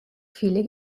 viele